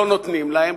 לא נותנים להם.